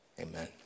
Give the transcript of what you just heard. Amen